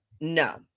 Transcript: No